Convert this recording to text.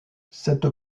cette